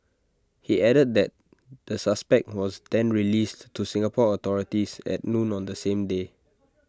he added that the suspect was then released to Singapore authorities at noon on the same day